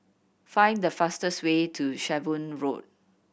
find the fastest way to Shenvood Road